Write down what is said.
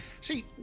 See